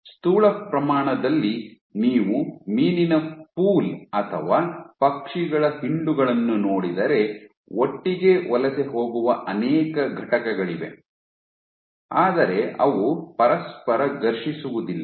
ಸ್ಥೂಲ ಪ್ರಮಾಣದಲ್ಲಿ ನೀವು ಮೀನಿನ ಪೂಲ್ ಅಥವಾ ಪಕ್ಷಿಗಳ ಹಿಂಡುಗಳನ್ನು ನೋಡಿದರೆ ಒಟ್ಟಿಗೆ ವಲಸೆ ಹೋಗುವ ಅನೇಕ ಘಟಕಗಳಿವೆ ಆದರೆ ಅವು ಪರಸ್ಪರ ಘರ್ಷಿಸುವುದಿಲ್ಲ